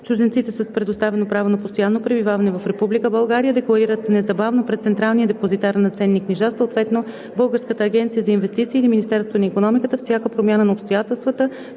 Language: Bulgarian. Чужденците с предоставено право на постоянно пребиваване в Република България декларират незабавно пред Централния депозитар на ценни книжа съответно Българската агенция за инвестиции или Министерството на икономиката всяка промяна на обстоятелствата